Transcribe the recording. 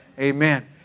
Amen